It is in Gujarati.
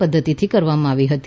પધ્ધતિથી કરવામાં આવી હતી